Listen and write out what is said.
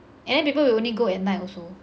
and then people will only go at night also